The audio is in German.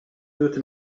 wird